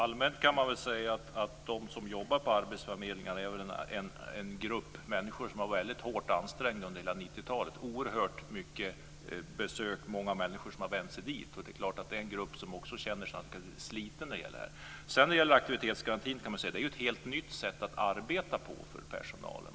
Fru talman! De som jobbar på arbetsförmedlingarna är en grupp människor som har varit hårt ansträngda under hela 90-talet. Det har varit oerhört mycket besök och många människor som har vänt sig dit. Det är en grupp som känner sig sliten. Aktivitetsgarantin är ett helt nytt sätt att arbeta på för personalen.